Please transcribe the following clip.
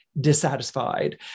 dissatisfied